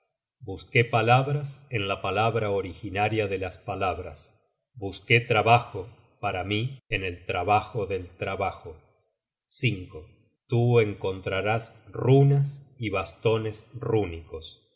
busqué palabras en la palabra originaria de las palabras busqué trabajo para mi en el trabajo del trabajo tú encontrarás runas y bastones rúnicos